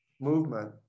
movement